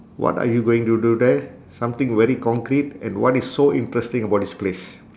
what are you going to do there something very concrete and what is so interesting about this place